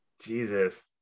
Jesus